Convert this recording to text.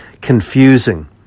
confusing